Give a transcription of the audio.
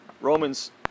Romans